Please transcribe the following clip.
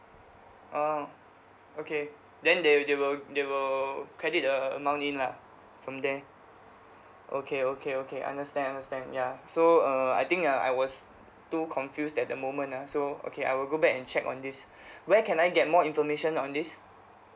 orh okay then they they will they will credit uh the amount in lah from there okay okay okay understand understand yeah so uh I think uh I was too confused at the moment ah so okay I will go back and check on this where can I get more information on this